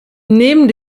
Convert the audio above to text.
neben